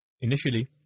Initially